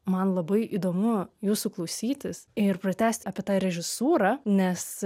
man labai įdomu jūsų klausytis ir pratęsti apie tą režisūrą nes